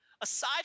aside